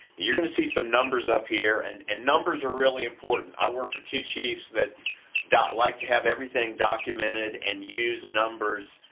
you're gonna see some numbers up here, and and numbers are really important. i work for two chiefs that that like to have everything documented and use numbers,